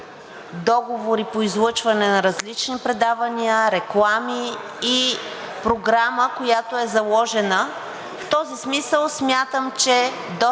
договори по излъчване на различни предавания, реклами и програма, която е заложена. В този смисъл смятам, че